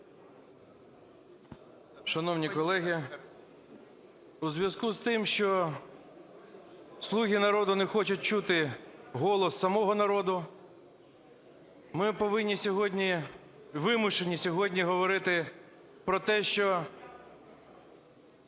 Шановні колеги, у зв'язку з тим, що "слуги народу" не хочуть чути голос самого народу, ми повинні сьогодні, вимушені сьогодні говорити про те, що